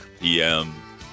PM